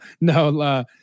No